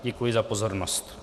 Děkuji za pozornost.